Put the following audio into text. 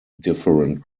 different